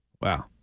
Wow